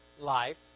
life